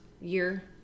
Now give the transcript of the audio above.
year